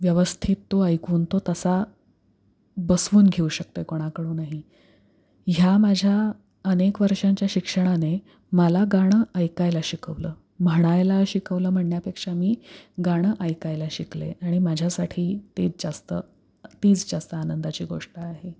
व्यवस्थित तो ऐकवून तो तसा बसवून घेऊ शकते कोणाकडूनही ह्या माझ्या अनेक वर्षांच्या शिक्षणाने माला गाणं ऐकायला शिकवलं म्हणायला शिकवलं म्हणण्यापेक्षा मी गाणं ऐकायला शिकले आणि माझ्यासाठी तेच जास्त तीच जास्त आनंदाची गोष्ट आहे